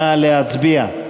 נא להצביע.